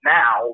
now